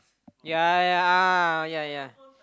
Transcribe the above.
ya ya ya ya